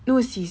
no sis